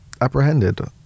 apprehended